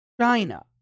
China